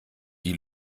die